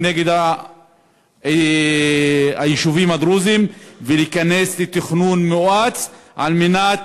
נגד היישובים הדרוזיים ולהיכנס לתכנון מואץ על מנת